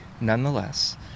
nonetheless